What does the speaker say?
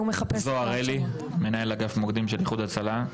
זהר אלי, מנהל אגף מוקדים של איחוד הצלה.